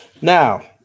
Now